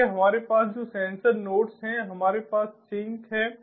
इसलिए हमारे पास जो सेंसर नोड्स हैं हमारे पास सिंक है